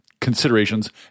considerations